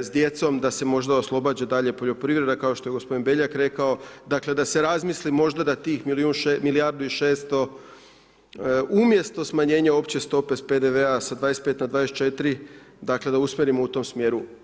s djecom, da se možda oslobađa dalje poljoprivreda kao što je gospodin Beljak rekao, dakle da se razmisli možda da tih milijardu i 600 umjesto smanjenja opće stope PDV-a s 25 na 24 dakle da usmjerimo u tom smjeru.